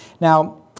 Now